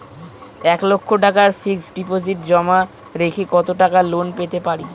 এক লক্ষ টাকার fixed deposit জমা রেখে কত টাকা লোন পেতে পারি?